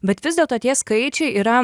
bet vis dėlto tie skaičiai yra